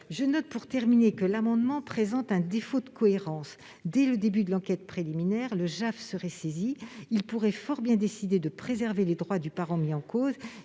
Je note, pour terminer, que l'amendement présente un défaut de cohérence. Dès le début de l'enquête préliminaire, le JAF serait saisi et pourrait fort bien décider de préserver les droits du parent mis en cause